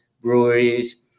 breweries